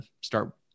start